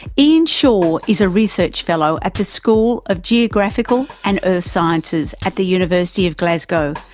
ian shaw is a research fellow at the school of geographical and earth sciences at the university of glasgow,